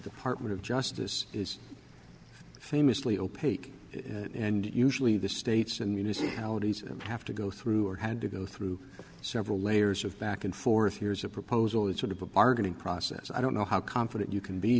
department of justice is famously opaque and usually the states and municipalities have to go through or had to go through several layers of back and forth years a proposal and sort of a bargaining process i don't know how confident you can be